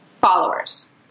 followers